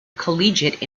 collegiate